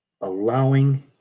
allowing